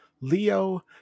Leo